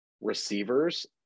receivers